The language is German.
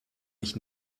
mich